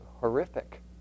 horrific